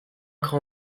cran